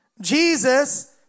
Jesus